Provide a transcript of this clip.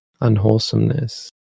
unwholesomeness